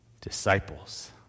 Disciples